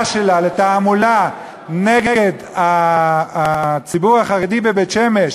שלה לתעמולה נגד הציבור החרדי בבית-שמש,